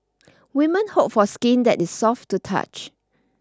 women hope for skin that is soft to touch